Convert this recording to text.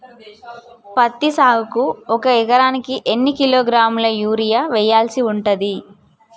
పత్తి సాగుకు ఒక ఎకరానికి ఎన్ని కిలోగ్రాముల యూరియా వెయ్యాల్సి ఉంటది?